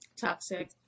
toxic